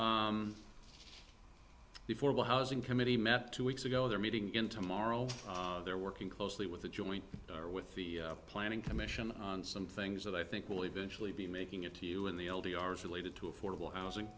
for before but housing committee met two weeks ago they're meeting in tomorrow they're working closely with the joint or with the planning commission on some things that i think will eventually be making it to you in the l d r is related to affordable housing